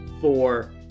four